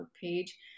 page